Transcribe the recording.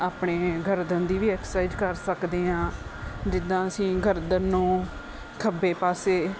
ਆਪਣੀ ਗਰਦਨ ਦੀ ਵੀ ਐਕਸਰਸਾਈਜ਼ ਕਰ ਸਕਦੇ ਹਾਂ ਜਿੱਦਾਂ ਅਸੀਂ ਗਰਦਨ ਨੂੰ ਖੱਬੇ ਪਾਸੇ